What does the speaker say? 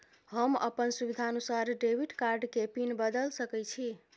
हम अपन सुविधानुसार डेबिट कार्ड के पिन बदल सके छि?